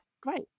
great